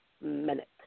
minute